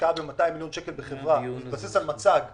השקעה ב-200 מיליון שקל בחברה בהתבסס על מצג -- אודי,